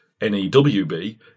N-E-W-B